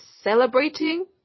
celebrating